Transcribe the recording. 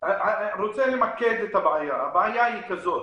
רוצה למקד את הבעיה, הבעיה היא כזאת,